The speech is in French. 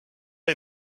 est